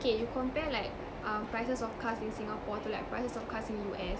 okay you compare like uh prices of cars in singapore to prices of cars in U_S